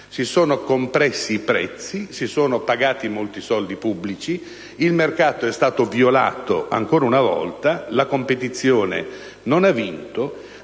Si sono compressi i prezzi e si sono pagati molti soldi pubblici; il mercato è stato violato ancora una volta e la competizione non ha vinto: